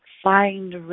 Find